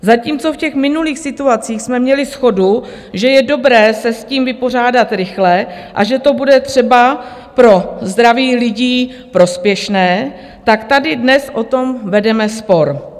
Zatímco v těch minulých situacích jsme měli shodu, že je dobré se s tím vypořádat rychle a že to bude třeba pro zdraví lidí prospěšné, tak tady dnes o tom vedeme spor.